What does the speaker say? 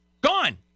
Gone